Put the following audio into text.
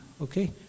okay